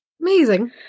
Amazing